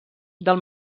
del